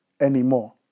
anymore